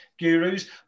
gurus